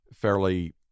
fairly